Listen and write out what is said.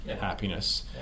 happiness